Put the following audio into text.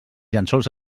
llençols